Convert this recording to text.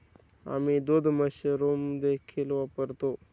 आम्ही दूध मशरूम देखील वापरतो